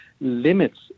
limits